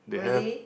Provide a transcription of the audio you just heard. really